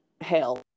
hell